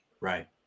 Right